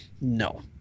No